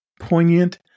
poignant